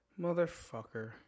motherfucker